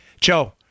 Joe